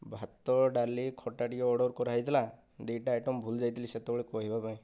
ଭାତ ଡାଲି ଖଟା ଟିକେ ଅର୍ଡ଼ର କରା ହେଇଥିଲା ଦୁଇଟା ଆଇଟମ ଭୁଲିଯାଇଥିଲି ସେତେବେଳେ କହିବା ପାଇଁ